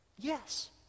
Yes